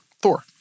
Thor